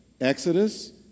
Exodus